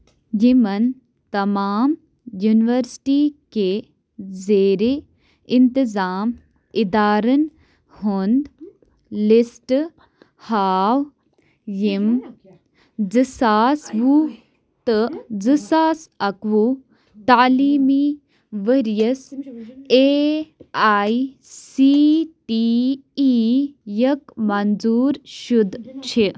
یِمَن تمام یونیورسِٹی کے زیرِ اِنتِظام ادارن ہُنٛد لسٹ ہاو یِم زٕ ساس وُہ تہٕ زٕ ساس اَکہٕ وُہ تعلیٖمی ؤرۍ یَس A I C T E یک منظور شُدٕ چھِ